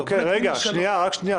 רק שנייה.